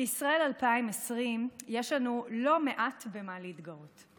בישראל 2020 יש לנו לא מעט במה להתגאות.